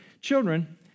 Children